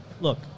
look